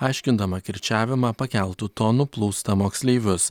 aiškindama kirčiavimą pakeltu tonu plūsta moksleivius